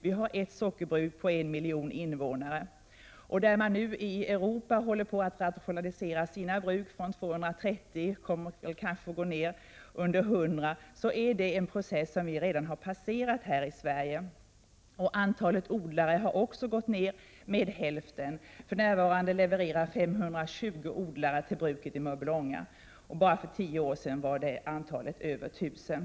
Vi har ett sockerbruk på en miljon invånare. I Europa håller man nu på att rationalisera sina bruk, från 230 kommer man kanske ner till under 100. Det är en process som vi redan har passerat här i Sverige. Antalet odlare har också minskat med hälften. För närvarande levererar 520 odlare till bruket i Mörbylånga. Bara för tio år sedan var det antalet över 1 000.